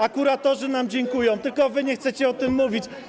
A kuratorzy nam dziękują, tylko wy nie chcecie o tym mówić.